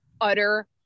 utter